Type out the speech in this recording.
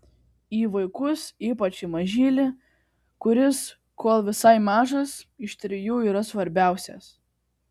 į vaikus ypač į mažylį kuris kol visai mažas iš trijų yra svarbiausias